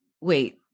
wait